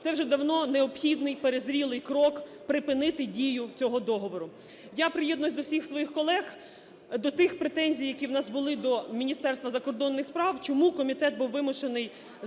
це вже давно необхідний перезрілий крок припинити дію цього договору. Я приєднуюсь до всіх своїх колег, до тих претензій, як у нас були до Міністерства закордонних справ, чому комітет був вимушений,